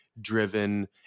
driven